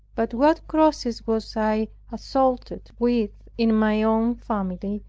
but what crosses was i assaulted with in my own family,